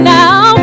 now